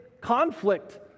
conflict